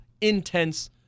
intense